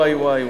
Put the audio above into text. ואי,